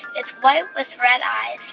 it's white with red eyes.